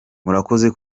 murakoze